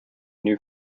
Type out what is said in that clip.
new